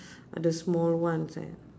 ada small ones eh